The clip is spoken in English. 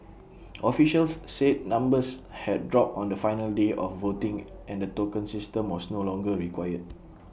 officials said numbers had dropped on the final day of voting and the token system was no longer required